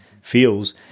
feels